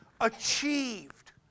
achieved